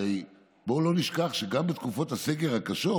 הרי בואו לא נשכח שגם בתקופות הסגר הקשות